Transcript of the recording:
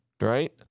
right